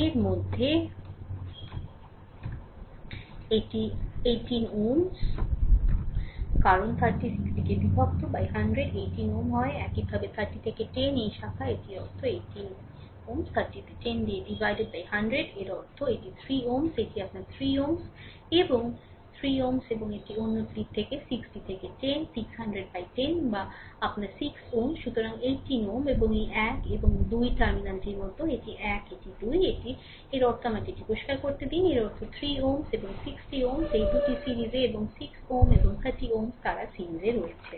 এর মধ্যে এটি 18 Ω কারণ 30 60 কে বিভক্ত 100 18 Ω হয় Ω একইভাবে 30 থেকে 10 এই শাখা এটি এর অর্থ এটি 18 Ω 30 এ 10 বিভক্ত 100 এর অর্থ এটি 3 Ω এটি আপনার এটি 3 Ω এবং অন্য একটি 60 থেকে 10 600100 যা আপনার 6 Ω Ω সুতরাং 18 Ω এবং এই এক এবং 2 টার্মিনালটি এর মতো এটি 1 এটি 2 এটি তার অর্থ আমাকে এটি পরিষ্কার করতে দিন এর অর্থ 3 Ω এবং 60 Ω এই দুটি সিরিজে এবং 6 Ω এবং 30 Ω তারা সিরিজে রয়েছে